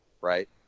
right